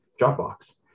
Dropbox